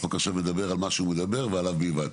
החוק של עכשיו מדבר על מה שהוא מדבר, ועליו בלבד.